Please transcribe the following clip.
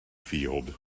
field